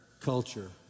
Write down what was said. culture